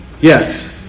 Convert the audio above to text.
yes